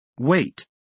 Wait